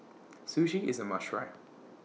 Sushi IS A must Try